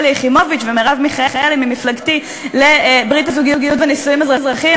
יחימוביץ ומרב מיכאלי ממפלגתי לברית הזוגיות ונישואים אזרחיים,